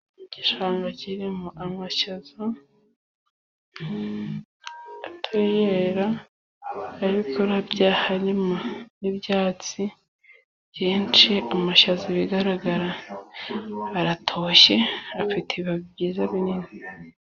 Igishanga kirimo amashaza atariyera ari kurabya, harimo n'ibyatsi byinshi. Amashaza ibigaragara aratoshye afite ibibabi byiza binini.